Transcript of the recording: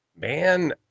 man